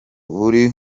buri